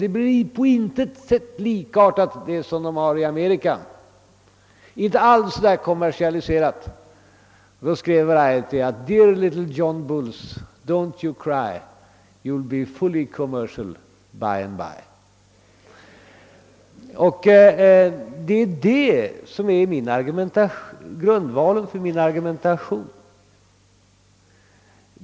Det blir på intet sätt likt det som man har i Amerika och inte alls så kommersialiserat.>» Då skrev Variety: Detta är grundvalen för min argumentation.